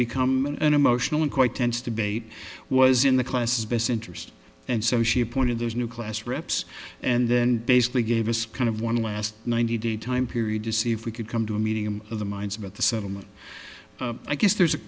become an emotional and quite tense debate was in the class best interest and so she appointed there's new class reps and then basically gave a speech of one last ninety day time period to see if we could come to a meeting of the minds about the settlement i guess there's a